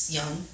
young